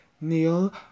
Neil